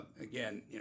Again